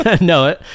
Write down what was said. No